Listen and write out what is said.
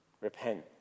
Repent